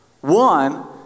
one